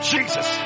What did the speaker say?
Jesus